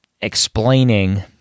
explaining